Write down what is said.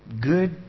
Good